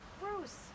Bruce